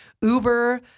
uber—